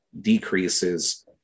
decreases